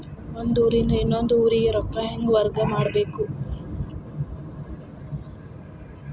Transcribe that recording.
ಒಂದ್ ಊರಿಂದ ಇನ್ನೊಂದ ಊರಿಗೆ ರೊಕ್ಕಾ ಹೆಂಗ್ ವರ್ಗಾ ಮಾಡ್ಬೇಕು?